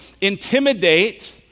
intimidate